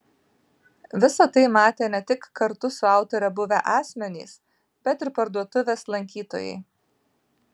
visa tai matė ne tik kartu su autore buvę asmenys bet ir parduotuvės lankytojai